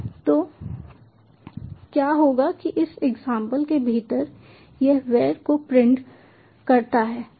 तो क्या होगा कि इस एग्जांपल के भीतर यह वैर को प्रिंट करता है